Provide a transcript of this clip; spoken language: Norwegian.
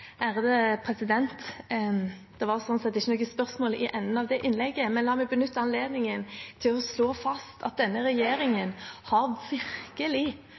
Det var ikke noe spørsmål i enden av det innlegget, men la meg benytte anledningen til å slå fast at denne regjeringen virkelig har